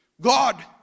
God